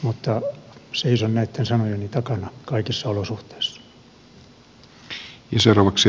mutta seison näitten sanojeni takana kaikissa olosuhteissa